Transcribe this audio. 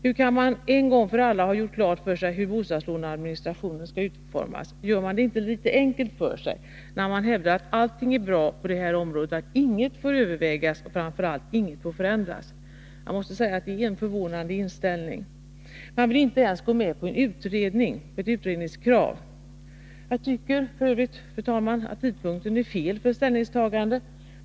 Hur kan man en gång för alla ha gjort klart för sig hur bostadslåneadministrationen skall utformas? Gör man det inte litet för enkelt för sig, när man hävdar att allting är bra på detta område, att inget får övervägas och framför allt inget förändras? Jag måste säga att detta är en förvånande inställning. Man vill inte ens gå med på ett utredningskrav. Jag tycker för övrigt, fru talman, att tidpunkten är fel för ett ställningstagande.